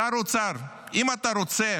שר האוצר, אם אתה רוצה,